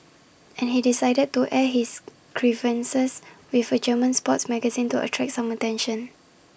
and he decided to air his grievances with A German sports magazine to attract some attention